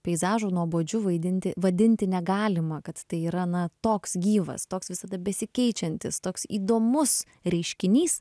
peizažo nuobodžiu vaidinti vadinti negalima kad tai yra na toks gyvas toks visada besikeičiantis toks įdomus reiškinys